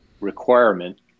requirement